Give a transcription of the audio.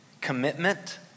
commitment